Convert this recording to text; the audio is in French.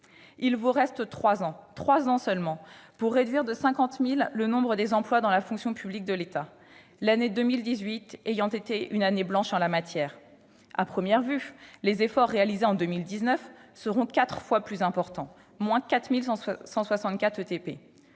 Il vous reste trois ans, trois ans seulement, pour réduire de 50 000 le nombre des emplois dans la fonction publique d'État, 2018 ayant été une année blanche en la matière. À première vue, les efforts réalisés en 2019 seront quatre fois plus importants, avec la